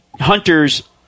hunters